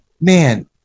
Man